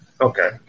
Okay